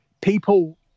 People